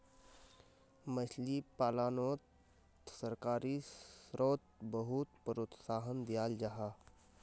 मछली पालानोत सरकारी स्त्रोत बहुत प्रोत्साहन दियाल जाहा